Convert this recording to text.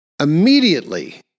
immediately